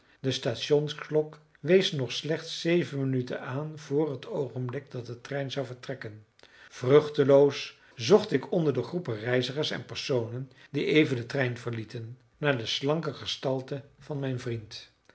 de stationsklok wees nog slechts zeven minuten aan vr het oogenblik dat de trein zou vertrekken vruchteloos zocht ik onder de groepen reizigers en personen die even den trein verlieten naar de slanke gestalte van mijn vriend